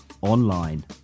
Online